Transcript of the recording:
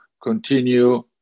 continue